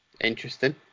interesting